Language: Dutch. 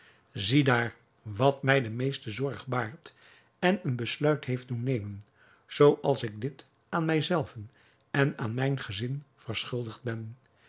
ziedaar wat mij de meeste zorg baart en een besluit heeft doen nemen zooals ik dit aan mij zelven en aan mijn gezin verschuldigd ben